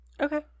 Okay